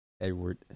Edward